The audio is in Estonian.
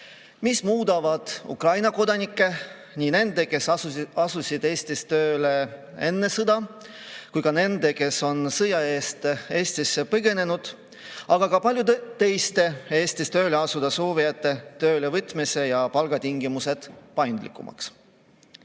mis muudavad Ukraina kodanike, nii nende, kes asusid Eestis tööle enne sõda, kui ka nende, kes on sõja eest Eestisse põgenenud, aga ka paljude teiste Eestis tööle asuda soovijate töölevõtmise ja palgatingimused paindlikumaks. Osa